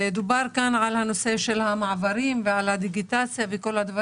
דובר כאן על הנושא של המעברים ועל הדיגיטציה וכולי.